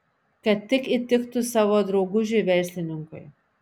kad tik įtiktų savo draugužiui verslininkui